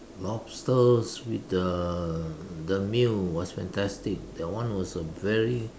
lobsters with the the meal was fantastic that one was a very